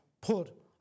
put